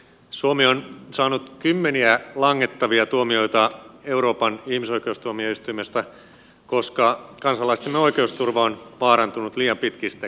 suomi on saanut kymmeniä langettavia tuomioita euroopan ihmisoikeustuomioistuimesta koska kansalaisten oikeusturva on vaarantunut liian pitkistä käsittelyajoista